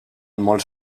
molts